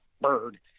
bird